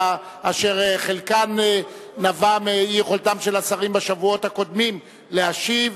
אשר חלקן נבע מאי-יכולתם של השרים בשבועות הקודמים להשיב.